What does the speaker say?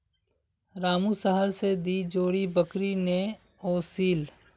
रामू शहर स दी जोड़ी बकरी ने ओसील